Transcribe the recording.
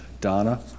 Donna